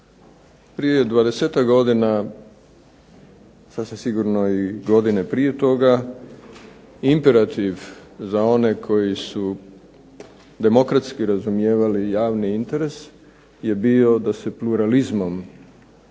Prije 20-tak godina sasvim sigurno i godine prije toga imperativ za one koji su demokratski razumijevali javni interes je bio da se pluralizmom